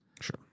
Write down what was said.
Sure